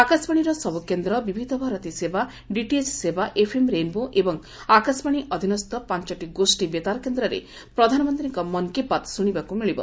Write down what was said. ଆକାଶବାଶୀର ସବୁ କେନ୍ଦ ବିବିଧ ଭାରତୀ ସେବା ଡିଟିଏଚ୍ ସେବା ଏଫଏମ୍ ରେନ୍ବୋ ଏବଂ ଆକାଶବାଶୀ ଅଧୀନସ୍ଥ ପାଞ୍ଚଟି ଗୋଷୀ ବେତାର କେନ୍ଦ୍ରରେ ପ୍ରଧାନମନ୍ତୀଙ୍କ 'ମନ୍ କି ବାତ୍' ଶୁଣିବାକୁ ମିଳିବ